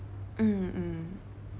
mm mm